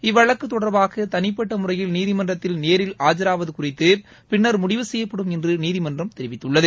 இவ்வழக்கு தொடர்பாக தனிப்பட்ட முறையில் நீதிமன்றத்தில் நேரில் ஆஜராவது குறித்து பின்னர் முடிவு செய்யப்படும் என்று நீதிமன்றம் தெரிவித்துள்ளது